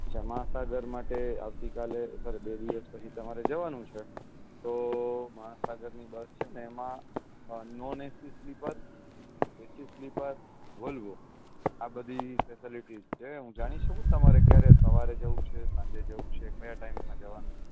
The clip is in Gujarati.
જો મહાસાગર માટે આવતીકાલે સોરી બે દિવસ પછી તમારે જવાનું છે તો મહાસાગરની બસ છે એમાં non AC sleeper AC sleeper Volvo આ બધી ફેસિલિટીઝ છે હું જાણી શકું તમારે સવારે જવું છે સાંજે જવું છે કયા ટાઈમમાં જવાનું